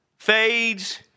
fades